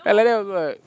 I like that also what